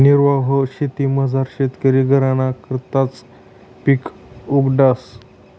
निर्वाह शेतीमझार शेतकरी घरना करताच पिक उगाडस